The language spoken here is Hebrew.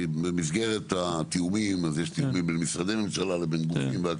כי במסגרת התיאומים אז יש תיאומים בין משרדי הממשלה והכל.